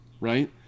right